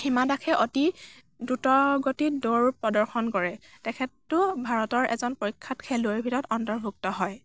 হিমা দাসে অতি দ্ৰুতগতিত দৌৰ প্ৰদৰ্শন কৰে তেখেতো ভাৰতৰ এজন প্ৰখ্য়াত খেলুৱৈৰ ভিতৰত অন্তৰ্ভুক্ত হয়